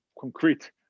concrete